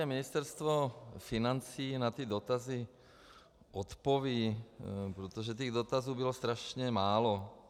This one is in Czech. Ministerstvo financí určitě na ty dotazy odpoví, protože těch dotazů bylo strašně málo.